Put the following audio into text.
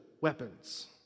weapons